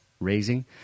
raising